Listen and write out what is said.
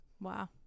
Wow